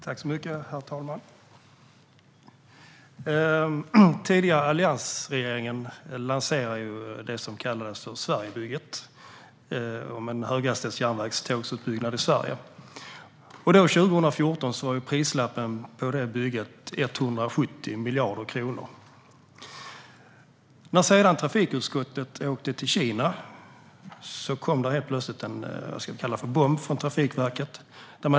Herr talman! Den tidigare alliansregeringen lanserade ju det som kallades för Sverigebygget, en utbyggnad av höghastighetsjärnväg i Sverige. År 2014 var prislappen på detta bygge 170 miljarder. När sedan trafikutskottet åkte till Kina kom det helt plötsligt en bomb från Trafikverket.